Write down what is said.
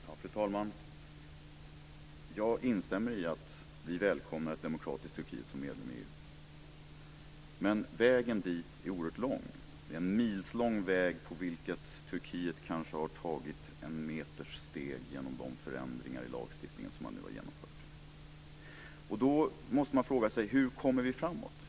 Fru talman! Jag instämmer i att vi välkomnar ett demokratiskt Turkiet som medlem i EU, men vägen dit är oerhört lång. Det är en milslång väg på vilket Turkiet kanske har tagit en meters steg genom de förändringar i lagstiftningen som har genomförts. Då måste vi fråga oss hur vi kommer framåt.